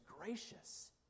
gracious